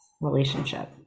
relationship